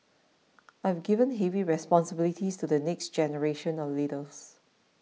I have given heavy responsibilities to the next generation of leaders